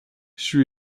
she